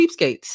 cheapskates